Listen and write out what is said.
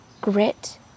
grit